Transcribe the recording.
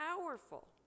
powerful